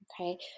Okay